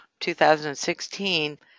2016